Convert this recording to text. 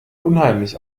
unheimlich